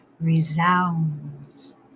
resounds